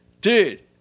dude